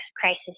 crisis